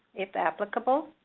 if applicable.